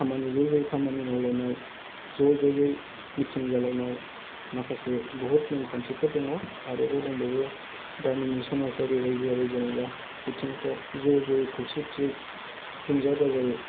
खामानि ज' जाय खामानि मावलायनाय ज' जयै मिथिं जालायनाय माखासे बहुद नेम खान्थिफोर दङ आरोबाव दंबावो गामिनि समाजारि रायजोआरि जेनेबा बिथिंफ्राव ज' ज'यै खौसेथियै रंजा बाजायै